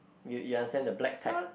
you you understand the black tag